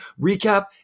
recap